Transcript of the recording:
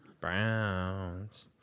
Browns